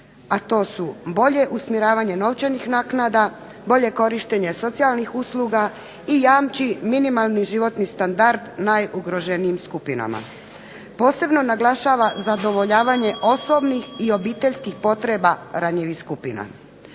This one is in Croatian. a to su: Bolje usmjeravanje novčanih naknada, bolje korištenje socijalnih usluga i jamči minimalni životni standard najugroženijim skupinama. Posebno naglašava zadovoljavanje obiteljskih i osobnih potreba ranjivih skupina.